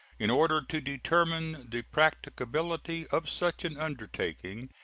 in order to determine the practicability of such an undertaking,